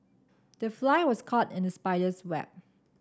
the fly was caught in the spider's web